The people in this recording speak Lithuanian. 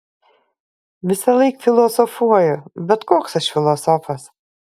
visąlaik filosofuoju bet koks aš filosofas